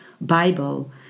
Bible